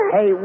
Hey